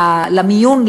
למיון,